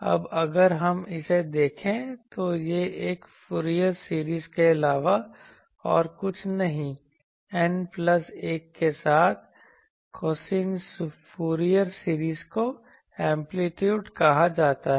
अब अगर हम इसे देखें तो यह एक फूरियर सीरीज के अलावा और कुछ नहीं N प्लस 1 के साथ कोसिन फूरियर सीरीज को एंप्लीट्यूड कहां जाता है